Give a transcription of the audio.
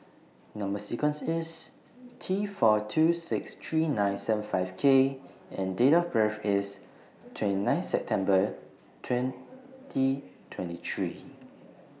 Number sequence IS T four two six three nine seven five K and Date of birth IS twenty nine September twenty twenty three